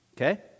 Okay